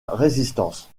résistance